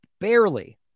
barely